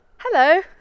hello